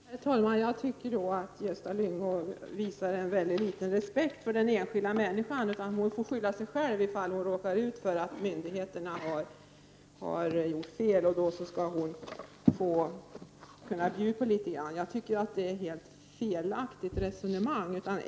Herr talman! Jag tycker att Gösta Lyngå visar väldigt liten respekt för den enskilda människan. Hon får enligt honom skylla sig själv om hon råkar ut för att myndigheterna har gjort fel. Hon får bjuda på litet i en sådan situation. Det är ett helt felaktigt resonemang.